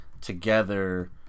together